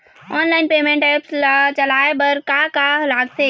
Online payment apps ला चलाए बार का का लगथे?